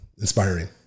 inspiring